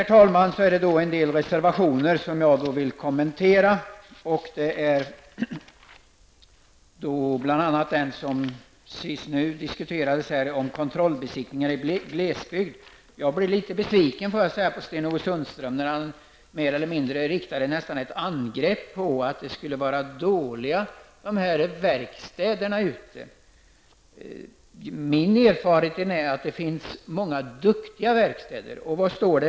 Jag skall kommentera några av reservationerna till detta betänkande. En av dem gäller kontrollbesiktningar i glesbygd. Jag blev litet besviken på Sten-Ove Sundström när han mer eller mindre riktade ett angrepp mot verkstäderna ute på landsorten och sade att de var dåligt utrustade. Min erfarenhet är att det finns många bra verkstäder med duktigt folk även på landsorten.